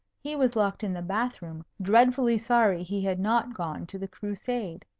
he was locked in the bath-room, dreadfully sorry he had not gone to the crusade.